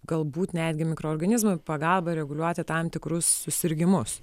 galbūt netgi mikroorganizmų pagalba reguliuoti tam tikrus susirgimus